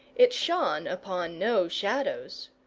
it shone upon no shadows.